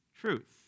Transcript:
truth